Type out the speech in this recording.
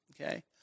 okay